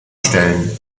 stellen